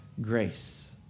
grace